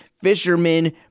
fishermen